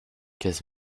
kiss